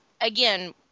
again